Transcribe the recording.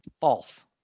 False